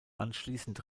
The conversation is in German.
anschließend